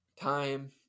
time